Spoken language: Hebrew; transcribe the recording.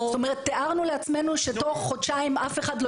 תיארנו לעצמנו שתוך חודשיים אף אחד לא